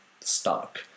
stuck